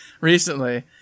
recently